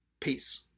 peace